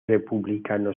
republicano